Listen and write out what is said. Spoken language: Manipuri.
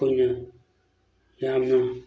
ꯑꯩꯈꯣꯏꯅ ꯌꯥꯝꯅ